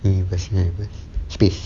the personal space ah